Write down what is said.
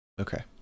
Okay